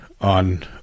on